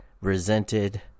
resented